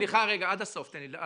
סליחה, רגע, תן לי עד הסוף.